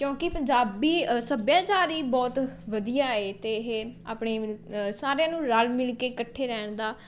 ਕਿਉਂਕਿ ਪੰਜਾਬੀ ਸੱਭਿਆਚਾਰ ਹੀ ਬਹੁਤ ਵਧੀਆ ਏ ਅਤੇ ਇਹ ਆਪਣੇ ਸਾਰਿਆਂ ਨੂੰ ਰਲ਼ ਮਿਲ਼ ਕੇ ਇਕੱਠੇ ਰਹਿਣ ਦਾ